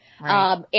Right